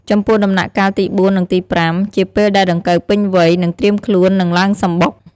ចំពោះដំណាក់កាលទី៤ និងទី៥ ជាពេលដែលដង្កូវពេញវ័យ នឹងត្រៀមខ្លួននឹងឡើងសំបុក។